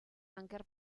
anker